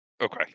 Okay